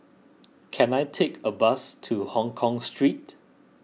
can I take a bus to Hongkong Street